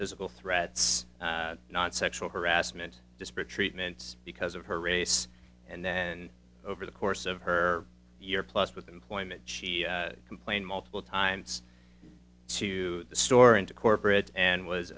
physical threats not sexual harassment disparate treatments because of her race and then over the course of her year plus with employment she complained multiple times to the store and to corporate and was